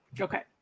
Okay